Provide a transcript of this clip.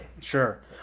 sure